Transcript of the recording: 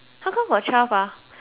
uh